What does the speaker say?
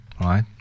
right